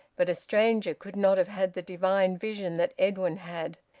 but a stranger could not have had the divine vision that edwin had.